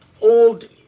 old